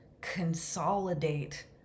consolidate